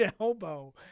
elbow